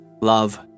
Love